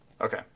Okay